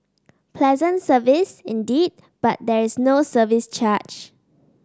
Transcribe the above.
pleasant service indeed but there is no service charge